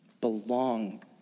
belong